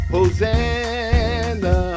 Hosanna